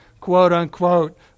quote-unquote